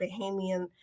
bahamian